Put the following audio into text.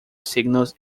signals